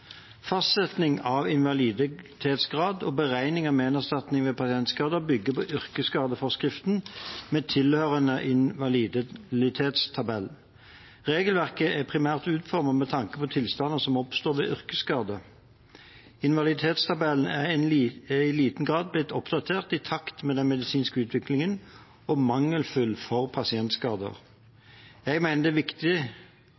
av invaliditetsgrad og beregning av menerstatning ved pasientskade bygger på yrkesskadeforskriften med tilhørende invaliditetstabell. Regelverket er utformet primært med tanke på tilstander som oppstår ved yrkesskade. Invaliditetstabellen er i liten grad blitt oppdatert i takt med den medisinske utviklingen og er mangelfull for